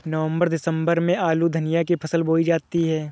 नवम्बर दिसम्बर में आलू धनिया की फसल बोई जाती है?